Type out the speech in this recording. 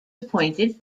appointed